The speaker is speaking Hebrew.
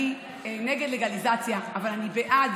אני נגד לגליזציה, אבל אני בעד